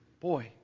Boy